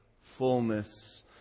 fullness